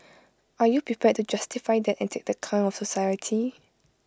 are you prepared to justify that and take that kind of society